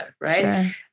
Right